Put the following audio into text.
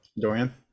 Dorian